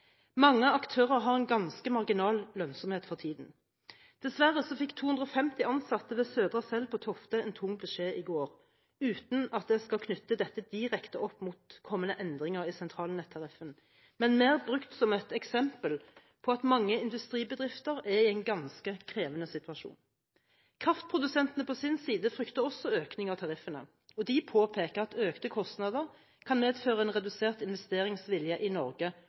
Mange aktører har en ganske marginal lønnsomhet for tiden. Dessverre fikk 250 ansatte ved Södra Cell på Tofte en tung beskjed i går – uten at jeg skal knytte dette direkte opp mot kommende endringer i sentralnettariffen, men brukt som et eksempel på at mange industribedrifter er i en ganske krevende situasjon. Kraftprodusentene på sin side frykter også en økning av tariffene, og de påpeker at økte kostnader kan medføre en redusert investeringsvilje i Norge